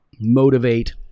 motivate